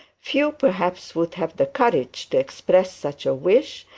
few perhaps would have the courage to express such a wish,